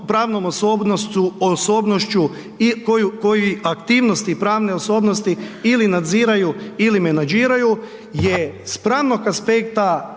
pravnom osobnošću i koji aktivnosti pravne osobnosti ili nadziraju ili menadžiraju je s pravnog aspekta